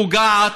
פוגעת,